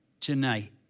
tonight